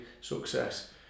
success